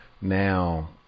now